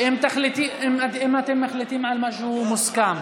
אם אתם מחליטים על משהו מוסכם.